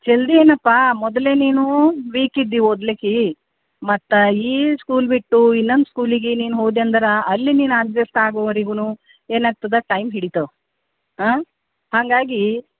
ಜಲ್ದಿಯೇನಪ್ಪ ಮೊದಲೇ ನೀನು ವೀಕ್ ಇದ್ದಿ ಓದ್ಲಿಕ್ಕೆ ಮತ್ತ ಈ ಸ್ಕೂಲ್ ಬಿಟ್ಟು ಇನ್ನೊಂದು ಸ್ಕೂಲಿಗೆ ನೀನು ಹೊದೆಯಂದರ ಅಲ್ಲಿ ನೀನು ಅಡ್ಜಸ್ಟ್ ಆಗೋವರಿಗೂ ಏನಾಗ್ತದ ಟೈಮ್ ಹಿಡಿತವ ಹಾಂ ಹಾಗಾಗಿ